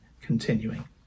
continuing